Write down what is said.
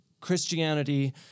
Christianity